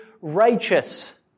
righteous